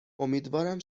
امیدوارم